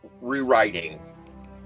rewriting